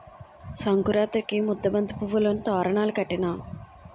సంకురాతిరికి ముద్దబంతి పువ్వులును తోరణాలును కట్టినాం